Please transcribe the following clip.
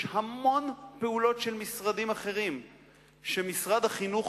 יש המון פעולות של משרדים אחרים שגולגלו על משרד החינוך,